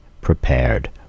prepared